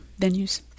venues